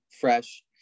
fresh